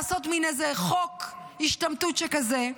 לעשות איזה מין חוק השתמטות שכזה,